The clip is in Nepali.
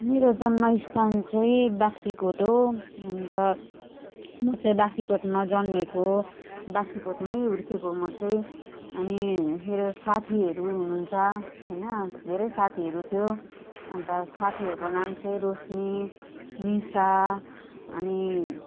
मेरो जन्म स्थान चाहिँ बाख्राकोट हो अन्त म चाहिँ बाख्राकोटमा जन्मेको बाख्राकोटमै हुर्किएको हो म चाहिँ अनि मेरो साथीहरू हुनुहुन्छ होइन धेरै साथीहरू थियो अन्त साथीहरूको नाम चाहिँ रोशनी निशा अनि